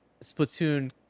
splatoon